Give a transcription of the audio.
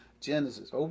Genesis